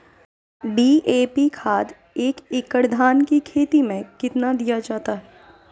DAP खाद एक एकड़ धान की खेती में कितना दीया जाता है?